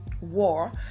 war